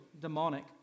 demonic